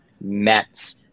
met